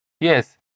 Yes